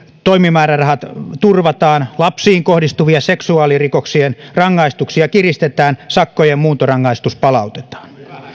toimimäärärahat turvataan lapsiin kohdistuvien seksuaalirikoksien rangaistuksia kiristetään sakkojen muuntorangaistus palautetaan